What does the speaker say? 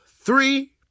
three